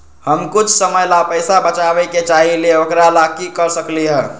हम कुछ समय ला पैसा बचाबे के चाहईले ओकरा ला की कर सकली ह?